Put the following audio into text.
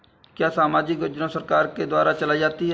क्या सामाजिक योजना सरकार के द्वारा चलाई जाती है?